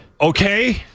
Okay